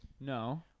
no—